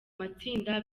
matsinda